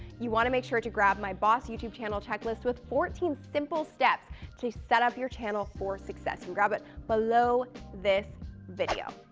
you want to make sure to grab my boss youtube channel checklist with fourteen simple steps to set up your channel for success and grab it below this video.